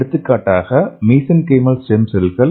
எடுத்துக்காட்டாக mesenchymal stem செல்கள் M